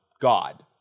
God